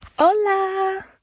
¡Hola